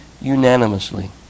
unanimously